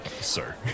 Sir